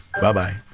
Bye-bye